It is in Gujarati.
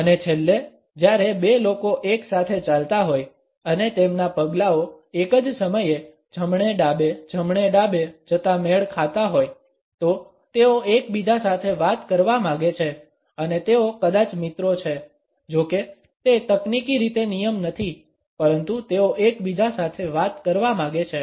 અને છેલ્લે જ્યારે બે લોકો એક સાથે ચાલતા હોય અને તેમના પગલાઓ એક જ સમયે જમણે ડાબે જમણે ડાબે જતા મેળ ખાતા હોય તો તેઓ એકબીજા સાથે વાત કરવા માગે છે અને તેઓ કદાચ મિત્રો છે જો કે તે તકનીકી રીતે નિયમ નથી પરંતુ તેઓ એકબીજા સાથે વાત કરવા માગે છે